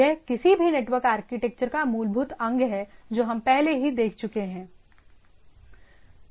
यह किसी भी नेटवर्क आर्किटेक्चर का मूलभूत अंग हैजो हम पहले ही देख चुके हैं